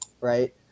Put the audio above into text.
right